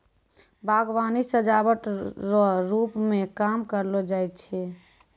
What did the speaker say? बागवानी सजाबट रो रुप मे काम करलो जाय छै